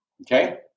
Okay